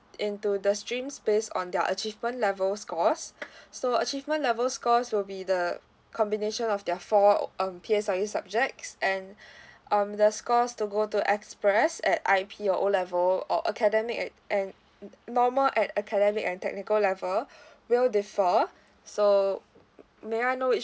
into the streams based on their achievement level scores so achievement levels score will be the combination of their for um P_S_L_E subjects and um the scores to go to express at I_P or O level or academic and and normal ac~ academic and technical level will differ so may I know which